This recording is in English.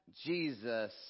Jesus